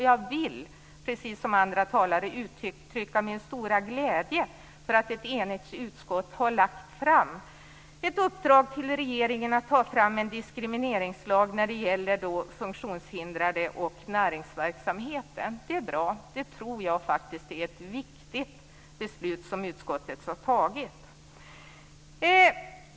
Jag vill, precis som andra talare här gjort, uttrycka min stora glädje över att ett enigt utskott har lagt fram ett uppdrag till regeringen att ta fram en diskrimineringslag när det gäller funktionshindrade och näringsverksamheten. Det är bra. Det tror jag är ett viktigt beslut som utskottet har tagit.